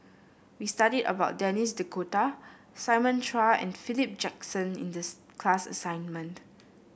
we studied about Denis D'Cotta Simon Chua and Philip Jackson in these class assignment